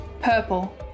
purple